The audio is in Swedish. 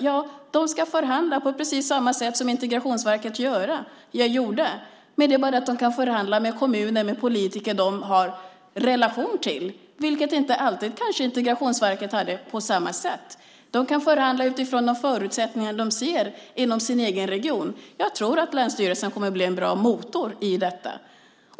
Jo, den ska förhandla på precis samma sätt som Integrationsverket gjorde. Det är bara det att den kan förhandla med kommuner och politiker som de har en relation till, vilket kanske Integrationsverket inte alltid hade på samma sätt. Man kan förhandla utifrån de förutsättningar man ser inom den egna regionen. Jag tror att länsstyrelserna kommer att bli en bra motor i detta.